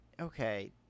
okay